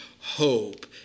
hope